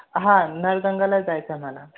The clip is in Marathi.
हां नळगंगालाच जायचं मला